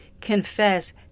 confess